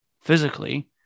physically